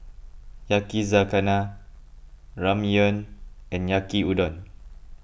Yakizakana Ramyeon and Yaki Udon